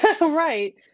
Right